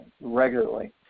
regularly